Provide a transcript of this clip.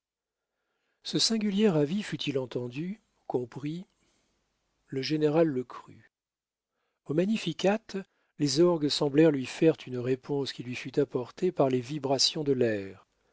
ce singulier avis fut-il entendu compris le général le crut au magnificat les orgues semblèrent lui faire une réponse qui lui fut apportée par les vibrations de l'air